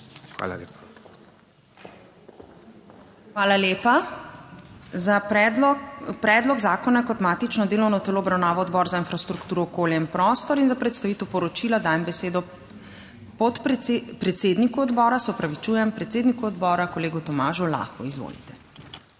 ZUPANČIČ: Hvala lepa. Predlog zakona je kot matično delovno telo obravnaval Odbor za infrastrukturo, okolje in prostor in za predstavitev poročila dajem besedo podpredsedniku odbora, se opravičujem, predsedniku odbora, kolegu Tomažu Lahu. Izvolite.